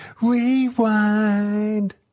Rewind